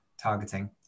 Targeting